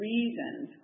Reasons